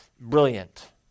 brilliant